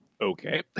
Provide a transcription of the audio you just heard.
Okay